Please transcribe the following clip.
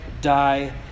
die